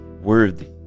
worthy